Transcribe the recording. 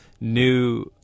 new